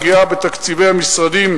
פגיעה בתקציבי המשרדים,